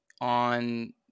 on